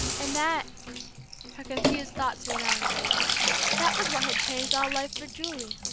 and that her confused thoughts ran on that was what had changed all life for julie.